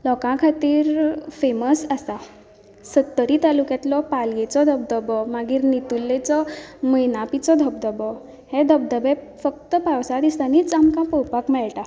लोकां खातीर फेमस आसा सत्तरी तालुक्यांतलो पालयेचो धबधबो मागीर नेतुर्लेचो मैनापीचो धबधबो हे धबधबे फक्त पावसाच्या दिसांनीच आमकां पळोवपाक मेळटात